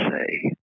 say